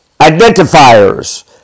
identifiers